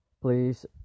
Please